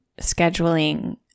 scheduling